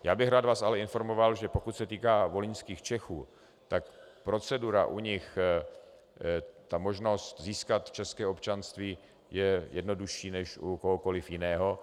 Já bych vás rád ale informoval, že pokud se týká volyňských Čechů, tak procedura u nich, možnost získat české občanství, je jednodušší než u kohokoli jiného.